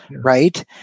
right